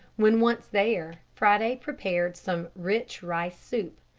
when once there, friday prepared some rich rice soup.